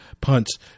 punts